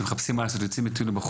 אז היינו נכנסים על הדרך